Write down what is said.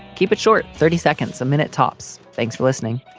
keep it short, thirty seconds a minute, tops. thanks for listening